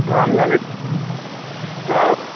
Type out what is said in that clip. হ্যাঁ আমি আগে যা হ্যাঁ